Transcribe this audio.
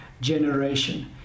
generation